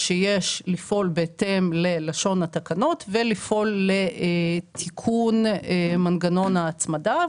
שיש לפעול בהתאם ללשון התקנות ולפעול לתיקון מנגנון ההצמדה,